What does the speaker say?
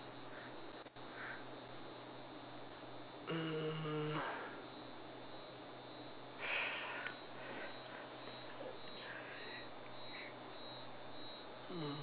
mm